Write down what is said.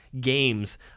games